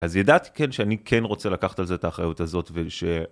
אז ידעתי כן, שאני כן רוצה לקחת על זה את האחריות הזאת וש...